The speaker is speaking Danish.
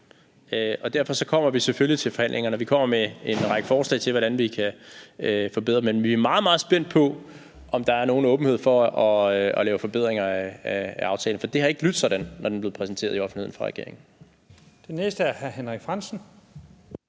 Derfor kommer vi selvfølgelig til forhandlingerne. Vi kommer med en række forslag til, hvordan vi kan forbedre den. Men vi er meget, meget spændt på, om der er nogen åbenhed for at lave forbedringer af aftalen, for det har ikke lydt sådan, når den er blevet præsenteret i offentligheden af regeringen.